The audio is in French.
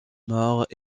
mort